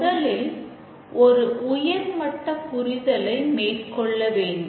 முதலில் ஒரு உயர்மட்ட புரிதலை மேற்கொள்ள வேண்டும்